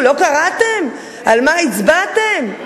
לא קראתם על מה הצבעתם?